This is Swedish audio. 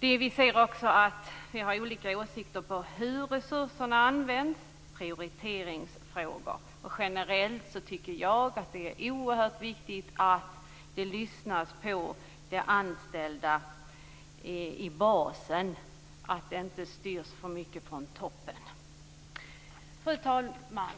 Vi ser också att vi har olika åsikter om hur resurserna används och om prioriteringsfrågor. Generellt tycker jag att det är oerhört viktigt att man lyssnar på de anställda i basen och att verksamheten inte styrs för mycket från toppen. Fru talman!